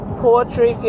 poetry